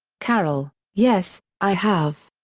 carol yes, i have.